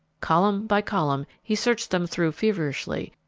column by column he searched them through feverishly,